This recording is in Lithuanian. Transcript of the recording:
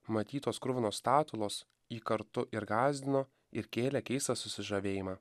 matytos kruvinos statulos jį kartu ir gąsdino ir kėlė keistą susižavėjimą